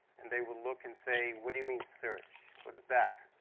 and they will look and say, what do you mean, search? what is that?